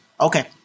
Okay